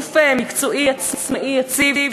גוף מקצועי עצמאי יציב,